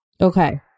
Okay